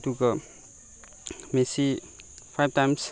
ꯑꯗꯨꯒ ꯃꯦꯁꯤ ꯐꯥꯏꯕ ꯇꯥꯏꯝꯁ